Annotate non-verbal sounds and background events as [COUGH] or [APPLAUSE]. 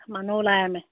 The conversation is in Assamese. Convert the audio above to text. মানুহ ওলায় [UNINTELLIGIBLE]